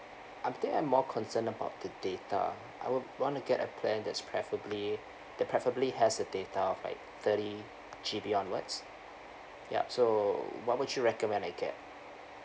I think I'm more concern about the data I would want to get a plan that's preferably that preferably has a data of like thirty G_B onwards yup so what would you recommend I get